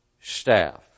staff